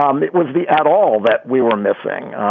um it was the at all that we were missing.